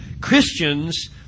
Christians